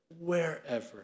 wherever